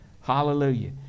Hallelujah